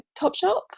Topshop